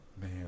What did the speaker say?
man